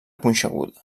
punxeguda